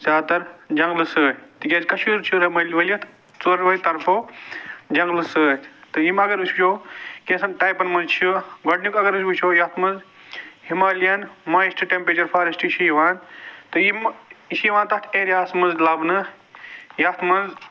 زیادٕ تَر جنگلہٕ سۭتۍ تِکیٛازِ کشمیٖر چھِ ؤلِتھ ژورؤیو طرفَو جنگلہٕ سۭتۍ تہٕ یِم اَگر أسۍ وُچھُو کینٛژَن ٹایپَن منٛز چھِ گۄڈٕنیٛک اَگر أسۍ وُچھو یَتھ منٛز ہمالیَن مویشٹہٕ ٹیٚمپرٛچر فاریٚسٹہٕ چھِ یِوان تہٕ یِمہٕ یہِ چھِ یِوان تَتھ ایرِیا ہَس منٛز لَبنہٕ یَتھ منٛز